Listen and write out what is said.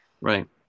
right